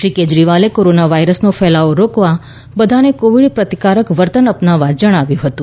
શ્રી કેજરીવાલે કોરોના વાઇરસનો ફેલાવ રોકવા બધાને કોવિડ પ્રતિકારક વર્તન અપનાવવા જણાવ્યું હતું